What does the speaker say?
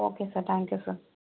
okay sir thank you sir